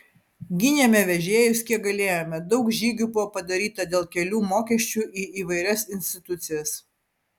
gynėme vežėjus kiek galėjome daug žygių buvo padaryta dėl kelių mokesčių į įvairias institucijas